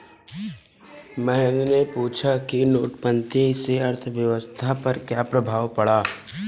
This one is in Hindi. महेंद्र ने पूछा कि नोटबंदी से अर्थव्यवस्था पर क्या प्रभाव पड़ा